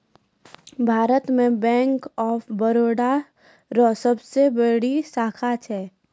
भारत मे bank of Baroda रो सबसे बेसी शाखा छै